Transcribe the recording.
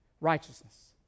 righteousness